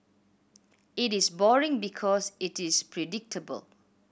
it is boring because it is predictable